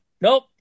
Nope